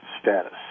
status